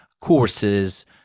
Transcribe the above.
courses